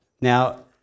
Now